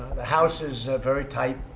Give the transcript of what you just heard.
the house is very tight.